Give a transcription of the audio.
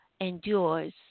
endures